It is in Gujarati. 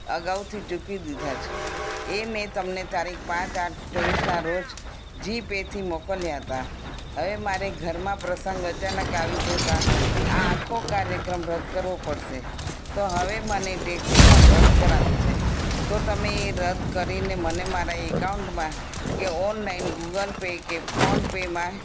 અગાઉથી ચૂકવી દીધા છે એ મેં તમને તારીખ પાંચ આઠ ચોવીસના રોજ જી પેથી મોકલ્યા તા હવે મારે ઘરમાં પ્રસંગ અચાનક આવી જતાં આ આખો કાર્યક્રમ રદ કરવો પડશે તો હવે મને ટેક્સી પણ રદ કરાવી છે તો તમે એ રદ કરીને મને મારા એકાઉન્ટમાં કે ઓનલાઈન ગૂગલ પે કે ફોનપેમાં